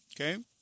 Okay